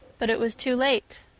but it was too late.